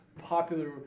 popular